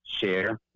share